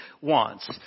wants